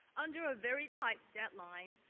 under ah very tight deadline,